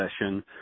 session